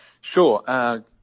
Sure